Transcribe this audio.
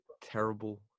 Terrible